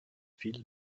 fil